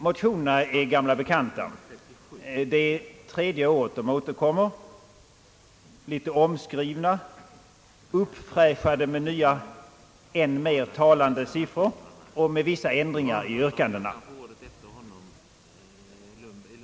Motionerna är gamla bekanta — de återkommer nu för tredje året, litet omskrivna och uppfräschade med nya, än mer talande siffror, och med vissa ändringar i yrkandena.